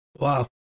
Wow